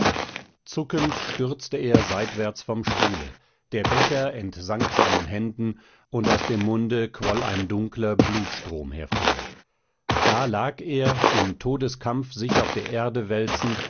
zuckend stürzte er seitwärts vom stuhle der becher entsank seinen händen und aus dem munde quoll ein dunkler blutstrom hervor da lag er im todeskampf sich auf der erde wälzend